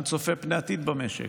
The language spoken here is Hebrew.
גם צופה פני עתיד במשק,